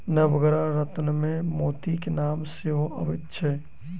नवग्रह रत्नमे मोतीक नाम सेहो अबैत छै